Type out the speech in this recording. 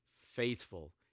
faithful